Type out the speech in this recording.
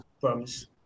Promise